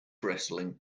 wrestling